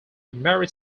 merit